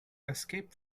escape